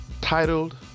Titled